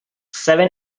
seven